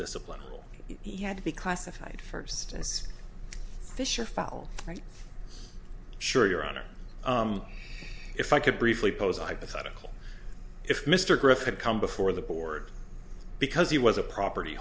discipline he had to be classified first and fisher fell right sure your honor if i could briefly pose a hypothetical if mr griffin come before the board because he was a property